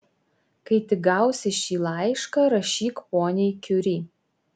kai tik gausi šį laišką rašyk poniai kiuri